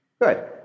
Good